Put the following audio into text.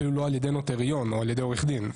אפילו לא על ידי נוטריון או עורך דין.